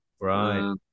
right